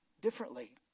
differently